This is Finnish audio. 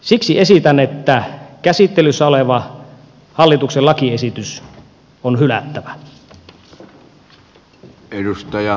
siksi esitän että käsittelyssä oleva hallituksen lakiesitys on hylättävä